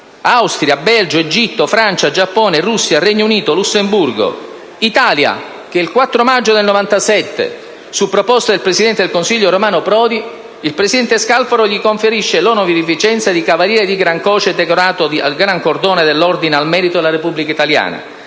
Austria, Belgio, Egitto, Francia, Giappone, Russia, Regno Unito, Lussemburgo; e Italia: il 4 maggio del 1997, su proposta del presidente del Consiglio Romano Prodi, il presidente Scalfaro gli ha conferito l'onorificenza di Cavaliere di Gran Croce decorato di Gran Cordone dell'Ordine al merito della Repubblica italiana.